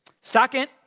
Second